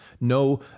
no